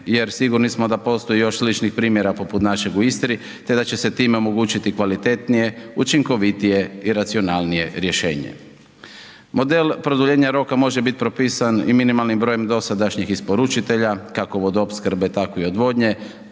jer sigurni smo da postoji još sličnih primjera poput našeg u Istri te da će se time omogućiti kvalitetnije, učinkovitije i racionalnije rješenje. Model produljenja roka može biti propisan i minimalnim brojem dosadašnjih isporučitelja kako vodoopskrbe, tako i odvodnje,